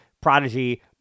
prodigy